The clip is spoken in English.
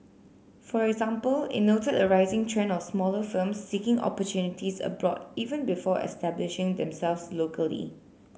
for example it noted a rising trend of smaller firms seeking opportunities abroad even before establishing themselves locally